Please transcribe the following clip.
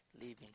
leaving